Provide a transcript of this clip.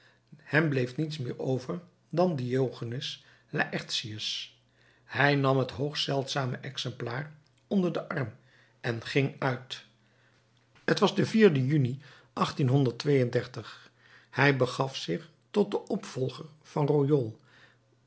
hem bleef niets meer over dan diogenes laërtius hij nam het hoogst zeldzame exemplaar onder den arm en ging uit t was de juni hij begaf zich tot den opvolger van royol